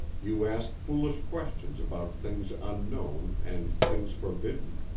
you ask foolish questions about things unknown and things forbidden.